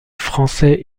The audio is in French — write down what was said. français